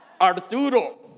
Arturo